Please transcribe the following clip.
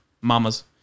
mamas